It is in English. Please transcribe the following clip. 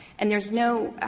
and there is no